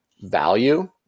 value